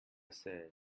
say